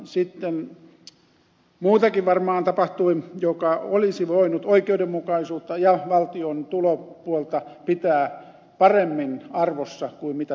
sitten muutakin varmaan tapahtui joka olisi voinut oikeudenmukaisuutta ja valtion tulopuolta pitää paremmin arvossa kuin mitä tapahtui